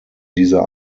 dieser